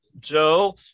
Joe